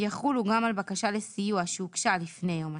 יחולו גם על בקשה לסיוע שהוגשה לפני יום התחילה,